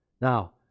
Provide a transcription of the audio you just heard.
Now